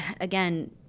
again